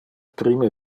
prime